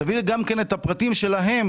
תביא גם את הפרטים שלהם.